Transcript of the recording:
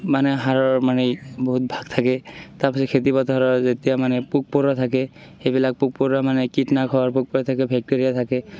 মানে সাৰৰ মানে বহুত ভাগ থাকে তাৰ পাছত খেতিপথাৰত যেতিয়া মানে পোক পৰুৱা থাকে সেইবিলাক পোক পৰুৱা মানে কীটনাশক পোক পৰুৱা থাকে বেক্টেৰীয়া থাকে